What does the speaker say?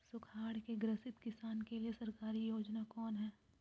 सुखाड़ से ग्रसित किसान के लिए सरकारी योजना कौन हय?